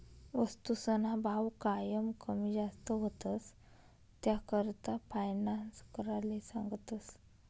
वस्तूसना भाव कायम कमी जास्त व्हतंस, त्याकरता फायनान्स कराले सांगतस